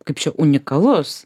kaip čia unikalus